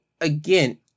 again